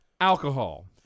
Alcohol